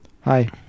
hi